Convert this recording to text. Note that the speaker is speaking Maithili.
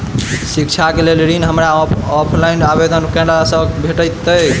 शिक्षा केँ लेल ऋण, हमरा ऑफलाइन आवेदन कैला सँ भेटतय की?